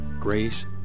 grace